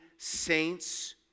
saints